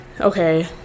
okay